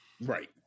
right